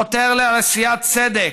חותר לעשיית צדק,